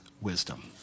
wisdom